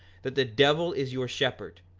that the devil is your shepherd,